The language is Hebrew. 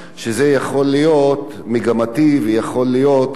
ויכול להיות גם לטובת העמותות האלה,